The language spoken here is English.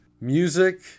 Music